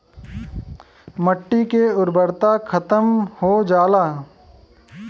मट्टी के उर्वरता खतम हो जाला